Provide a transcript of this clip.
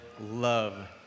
love